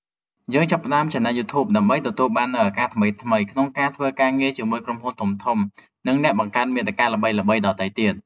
យើងចាប់ផ្តើមឆានែលយូធូប ដើម្បីទទួលបាននូវឱកាសថ្មីៗក្នុងការធ្វើការងារជាមួយក្រុមហ៊ុនធំៗ និងអ្នកបង្កើតមាតិកាល្បីៗដទៃទៀត។